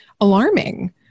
alarming